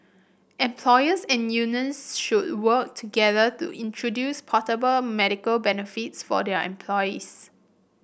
employers and unions should work together to introduce portable medical benefits for their employees